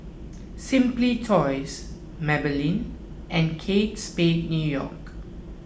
Simply Toys Maybelline and Kate Spade New York